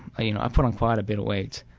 ah you know i put on quite a bit of weight.